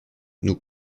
nous